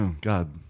God